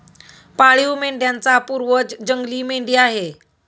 पाळीव मेंढ्यांचा पूर्वज जंगली मेंढी आहे